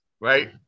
right